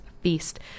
Feast